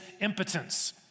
impotence